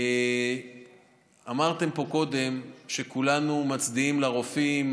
אמרתם פה קודם שכולנו מצדיעים לרופאים,